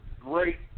great